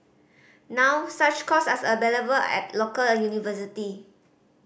now such courses are available at a local university